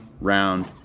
round